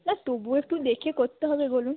না তবুও একটু দেখে করতে হবে বলুন